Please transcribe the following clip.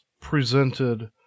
presented